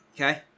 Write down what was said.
Okay